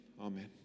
amen